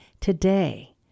today